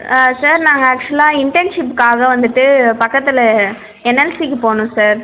ஆ sir நாங்கள் ஆக்ச்சுலாக இன்டென்ஷிப்புக்காக வந்துவிட்டு பக்கத்தில் என்னென்ஸிக்கு போனோம் சார்